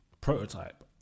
prototype